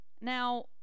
Now